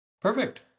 Perfect